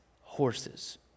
horses